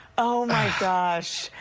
oh, my gosh.